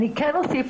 אני כן אוסיף,